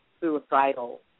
suicidal